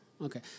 Okay